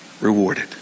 rewarded